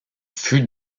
fut